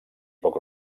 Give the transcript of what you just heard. poc